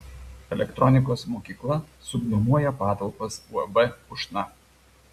elektronikos mokykla subnuomoja patalpas uab ušna